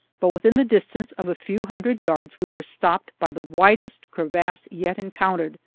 but within the distance of a few hundred yards we were stopped by the widest crevasse yet encountered.